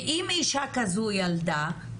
ואם אישה כזו ילדה,